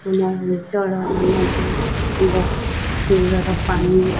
ଆମ ଜଳର ନଦୀ ବହୁତ ସୁନ୍ଦର ପାଣି